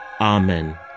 Amen